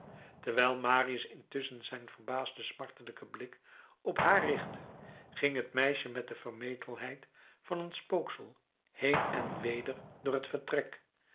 terwijl marius intusschen zijn verbaasden smartelijken blik op haar richtte ging het meisje met de vermetelheid van een spooksel heen en weder door het vertrek